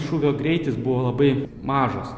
šūvio greitis buvo labai mažas